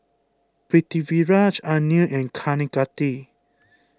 Pritiviraj Anil and Kaneganti